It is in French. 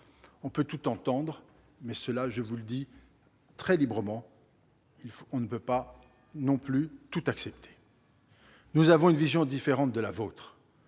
pouvons tout entendre, mais- je vous le dis très librement -nous ne pouvons pas tout accepter. Nous avons une vision différente de la vôtre,